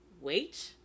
wait